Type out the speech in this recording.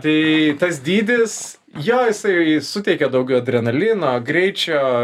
tai tas dydis jo jisai suteikia daugiau adrenalino greičio